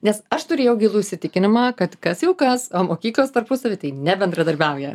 nes aš turėjau gilų įsitikinimą kad kas jau kas o mokyklos tarpusavy tai nebendradarbiauja